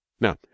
now